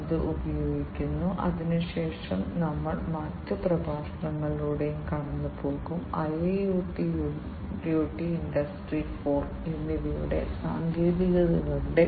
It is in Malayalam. വ്യവസായങ്ങളിൽ ഉപയോഗിക്കുന്ന സെൻസറുകൾ സാധാരണയായി ഉയർന്ന പ്രകടനമുള്ളവയാണ് കൂടുതൽ കൃത്യതയുള്ളതും കൂടുതൽ സമയം പ്രവർത്തിക്കാൻ കഴിവുള്ളവയുമാണ്